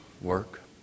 work